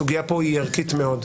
הסוגיה פה היא ערכית מאוד,